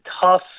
tough